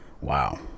wow